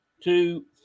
two